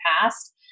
past